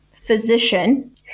physician